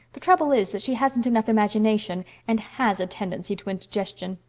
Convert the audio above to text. the trouble is that she hasn't enough imagination and has a tendency to indigestion.